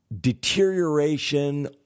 deterioration